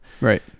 Right